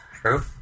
True